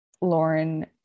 Lauren